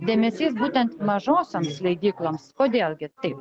dėmesys būtent mažosioms leidykloms kodėl gi taip